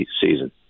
season